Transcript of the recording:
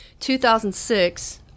2006